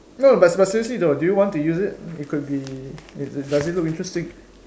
no but but seriously though do you want to use it it could be does does it look interesting